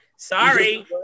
Sorry